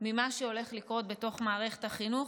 ממה שהולך לקרות בתוך מערכת החינוך,